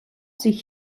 sich